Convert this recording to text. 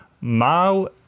mao